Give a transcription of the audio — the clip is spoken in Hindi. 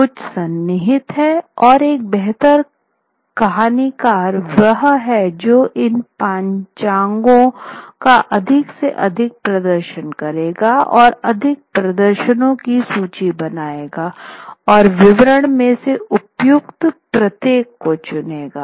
सब कुछ सन्निहित है और एक बेहतर कहानीकार वह हैं जो इन पंचांगों का अधिक से अधिक प्रदर्शन करेगा और अधिक प्रदर्शनों की सूची बनाएगा और विवरण में से उपयुक्त प्रत्येक को चुनेगा